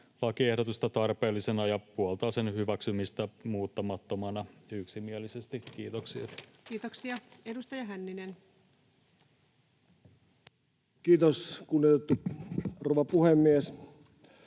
lakiehdotusta tarpeellisena ja puoltaa sen hyväksymistä muuttamattomana yksimielisesti. — Kiitoksia. Kiitoksia. — Edustaja Hänninen. Kiitos, kunnioitettu rouva puhemies!